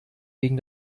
gegen